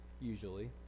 usually